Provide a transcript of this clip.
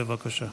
בבקשה.